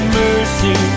mercy